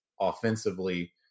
offensively